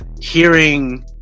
hearing